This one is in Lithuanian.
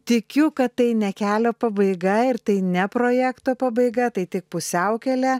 tikiu kad tai ne kelio pabaiga ir tai ne projekto pabaiga tai tik pusiaukelė